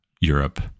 Europe